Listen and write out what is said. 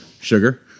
sugar